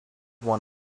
won